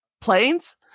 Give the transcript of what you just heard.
planes